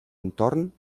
entorn